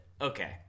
Okay